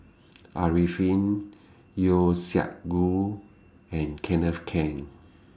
Arifin Yeo Siak Goon and Kenneth Keng